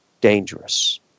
dangerous